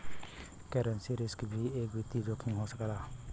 currency risk भी एक वित्तीय जोखिम हो सकला